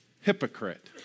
hypocrite